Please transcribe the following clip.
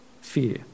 Fear